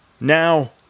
now